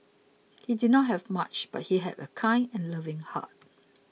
he did not have much but he had a kind and loving heart